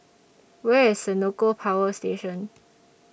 Where IS Senoko Power Station